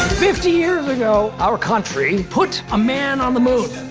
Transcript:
fifty years ago, our country put a man on the moon.